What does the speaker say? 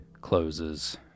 closes